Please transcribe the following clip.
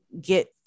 get